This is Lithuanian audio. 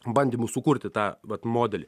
bandymų sukurti tą vat modelį